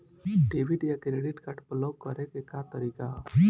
Debit या credit card block करे के का तरीका ह?